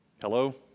Hello